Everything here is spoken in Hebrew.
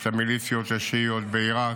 את המיליציות השיעיות בעיראק,